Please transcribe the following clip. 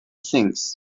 things